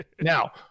Now